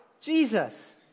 Jesus